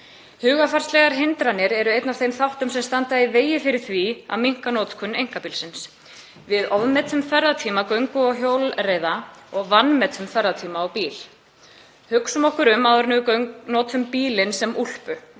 Hugarfarslegar hindranir eru einn af þeim þáttum sem standa í vegi fyrir því að minnka notkun einkabílsins. Við ofmetum ferðatíma göngu og hjólreiða og vanmetum ferðatíma á bíl. Hugsum okkur um áður en við notum bílinn sem úlpu.